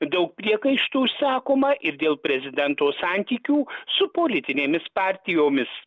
daug priekaištų sakoma ir dėl prezidento santykių su politinėmis partijomis